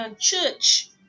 church